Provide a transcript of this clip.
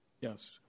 yes